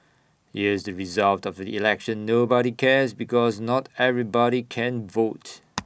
here's the result of the election nobody cares because not everybody can vote